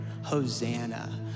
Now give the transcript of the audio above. Hosanna